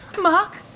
Mark